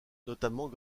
notamment